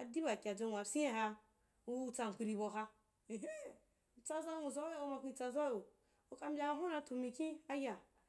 adiba kyadzwei dedeinai ha adiba kyadzwe nwa pyina ina u-tsan kuiri bau ha mhmi tsaza nwuzau yo, auma kui tsazauyo uka mbya hun na tu mikin. aya